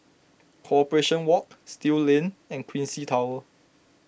Corporation Walk Still Lane and Quincy Tower